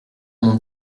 mon